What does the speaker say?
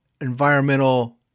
environmental